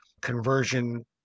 conversion